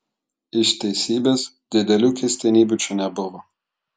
iš teisybės didelių keistenybių čia nebuvo